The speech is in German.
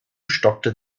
stockte